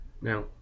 Now